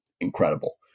incredible